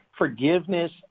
forgiveness